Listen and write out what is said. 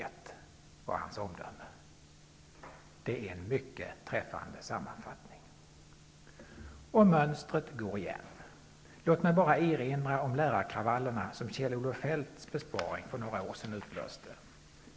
Det var alltså hans omdöme, och det är en mycket träffande sammanfattning. Och mönstret går igen! Låt mig bara erinra om de lärarkravaller som Kjell Olof Feldts besparing för några år sedan utlöste.